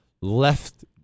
left